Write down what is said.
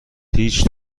هیچ